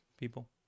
people